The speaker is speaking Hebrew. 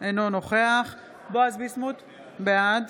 אינו נוכח בועז ביסמוט, בעד